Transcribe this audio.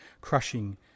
crushing